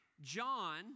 John